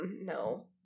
no